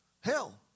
Hell